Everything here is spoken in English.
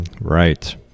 Right